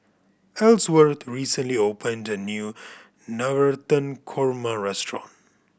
Ellsworth recently opened a new Navratan Korma restaurant